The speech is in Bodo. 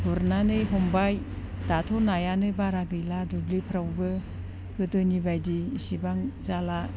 गुरनानै हमबाय दाथ' नायानो बारा गैला दुब्लिफोरावबो गोदोनि बायदि एसेबां जाला